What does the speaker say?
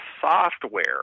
software